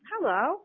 Hello